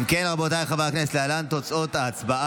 ההצעה